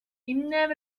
jménem